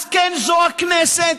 אז כן, זו הכנסת,